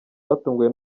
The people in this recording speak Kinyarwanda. batunguwe